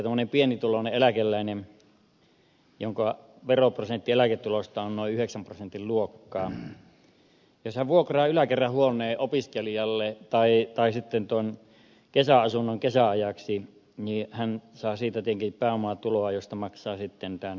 tuommoinen pienituloinen eläkeläinen jonka veroprosentti eläketuloista on noin yhdeksän prosentin luokkaa jos hän vuokraa yläkerran huoneen opiskelijalle tai kesäasunnon kesän ajaksi niin hän saa siitä tietenkin pääomatuloa josta maksaa sitten tämän pääomatuloveron